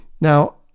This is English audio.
Now